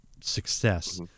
success